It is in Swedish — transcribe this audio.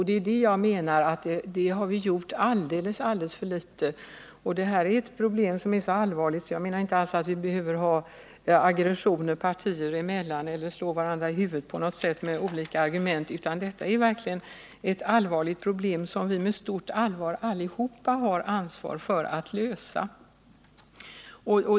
Det menar jag att vi har gjort alldeles för litet. Det här problemet är mycket allvarligt. Jag menar inte alls att det behöver finnas några aggressioner partier emellan eller att vi på något sätt behöver slå varandra i huvudet med olika argument, för detta är verkligen mycket allvarliga problem som vi allesammans har ett stort ansvar för att lösa.